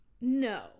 No